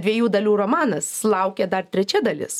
dviejų dalių romanas laukia dar trečia dalis